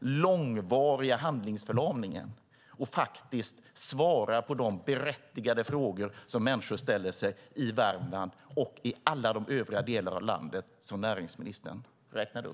långvariga handlingsförlamningen och faktiskt svarar på de berättigade frågor som människor ställer sig i Värmland och i alla övriga delar av landet som näringsministern räknat upp?